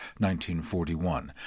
1941